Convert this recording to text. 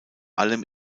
allem